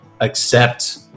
accept